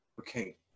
Okay